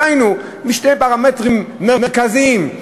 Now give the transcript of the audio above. דהיינו, שני פרמטרים מרכזיים,